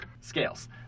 scales